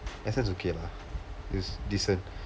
S nine is okay lah it's decent